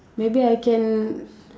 maybe I can